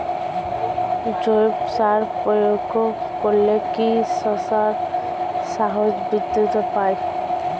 জৈব সার প্রয়োগ করলে কি শশার সাইজ বৃদ্ধি পায়?